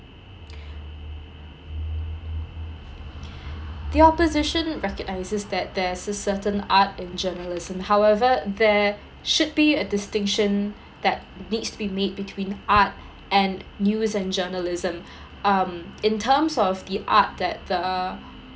the opposition recognizes that there is cer~ certain art in journalism however there should be a distinction that needs to be made between art and news and journalism um in terms of the art that the